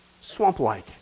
swamp-like